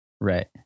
Right